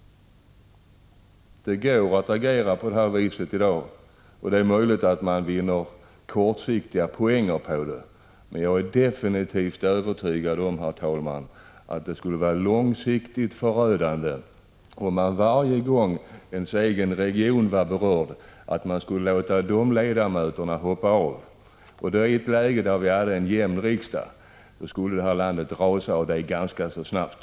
Det går att agera annorlunda i dag, och det är möjligt att man kortsiktigt vinner poäng på det, men jag är absolut övertygad om, herr talman, att det skulle vara långsiktigt förödande om man varje gång ens egen region var berörd lät den regionens 55 ledamöter hoppa av. I ett läge med jämn fördelning i riksdagen skulle det här landet rasa ganska så snabbt.